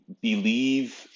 believe